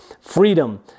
freedom